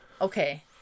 okay